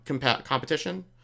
competition